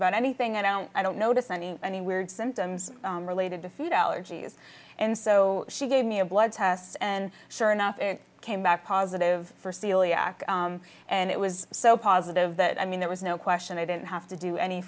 about anything and i don't notice any any weird symptoms related to food allergies and so she gave me a blood test and sure enough it came back positive for celiac and it was so positive that i mean there was no question i didn't have to do any